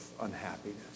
unhappiness